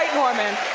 norman.